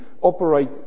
operate